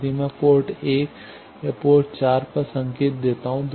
यदि मैं पोर्ट 1 या पोर्ट 4 पर संकेत देता हूं